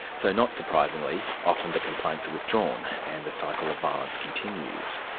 so not surprisingly, often the complaints are withdrawn and the cycle of violence continues.